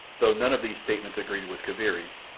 though none of these statements agreed with kaviri's,